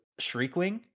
Shriekwing